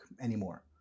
anymore